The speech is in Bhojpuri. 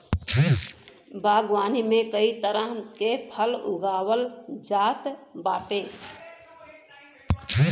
बागवानी में कई तरह के फल लगावल जात बाटे